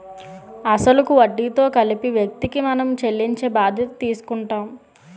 అసలు కు వడ్డీతో కలిపి వ్యక్తికి మనం చెల్లించే బాధ్యత తీసుకుంటాం